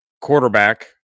quarterback